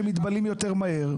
שמתבלים יותר מהר.